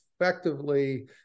effectively